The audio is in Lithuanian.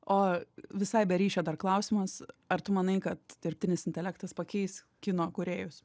o visai be ryšio dar klausimas ar tu manai kad dirbtinis intelektas pakeis kino kūrėjus